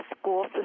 school